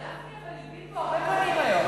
גפני הלבין פה הרבה פעמים היום.